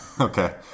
Okay